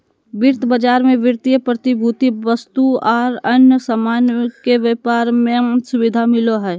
वित्त बाजार मे वित्तीय प्रतिभूति, वस्तु आर अन्य सामान के व्यापार के सुविधा मिलो हय